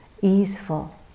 easeful